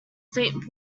saint